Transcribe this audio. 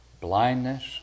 blindness